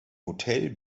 hotel